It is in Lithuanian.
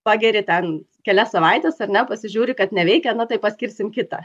pageri ten kelias savaites ar ne pasižiūri kad neveikia tai paskirsim kitą